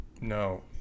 No